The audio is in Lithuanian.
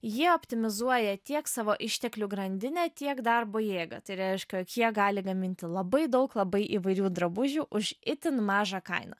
jie optimizuoja tiek savo išteklių grandinę tiek darbo jėgą tai reiškia jog jie gali gaminti labai daug labai įvairių drabužių už itin mažą kainą